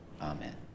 Amen